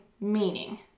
meaning